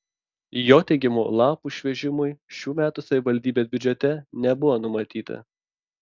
jo teigimu lapų išvežimui šių metų savivaldybės biudžete nebuvo numatyta